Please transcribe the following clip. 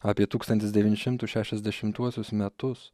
apie tūkstantis devyni šimtus šešiasdešimtuosius metus